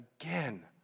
Again